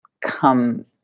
come